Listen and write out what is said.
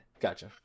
Gotcha